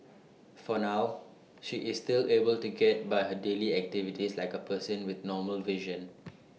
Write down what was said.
for now she is still able to get by her daily activities like A person with normal vision